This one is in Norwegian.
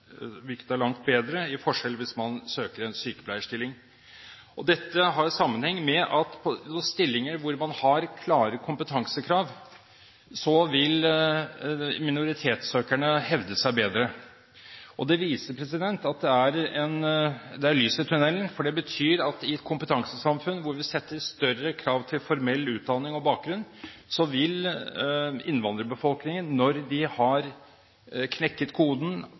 er 11 pst. – hvilket er langt bedre – i forskjell hvis man søker en sykepleierstilling. Dette har sammenheng med at når det gjelder stillinger hvor man har klare kompetansekrav, vil minoritetssøkerne hevde seg bedre. Det viser at det er lys i tunellen, for det betyr at i et kompetansesamfunn, hvor vi setter større krav til formell utdanning og bakgrunn, vil innvandrerbefolkningen – når de har knekket koden,